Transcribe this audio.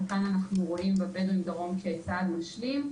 וכאן אנחנו רואים בבדואים דרום כצעד משלים.